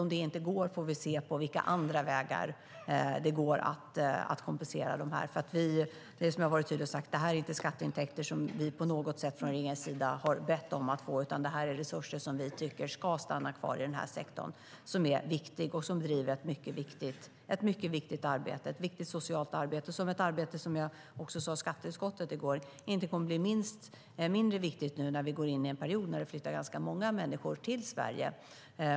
Om det inte går får vi se på vilka andra vägar det går att kompensera dem. Jag har varit tydlig och sagt att detta inte är skatteintäkter som vi från regeringens sida på något sätt har bett om att få. Det är resurser som vi tycker ska stanna kvar i sektorn. Den är viktig och driver ett mycket viktigt socialt arbete. Jag sade också i skatteutskottet i går att det inte kommer att bli mindre viktigt när vi nu går in i en period när det flyttar ganska många människor till Sverige.